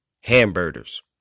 hamburgers